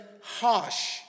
harsh